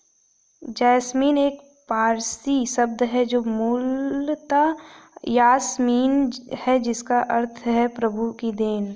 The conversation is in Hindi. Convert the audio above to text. जैस्मीन एक पारसी शब्द है जो मूलतः यासमीन है जिसका अर्थ है प्रभु की देन